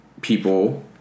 people